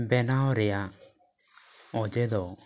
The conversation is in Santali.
ᱵᱮᱱᱟᱣ ᱨᱮᱭᱟᱜ ᱚᱡᱮ ᱫᱚ